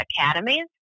Academies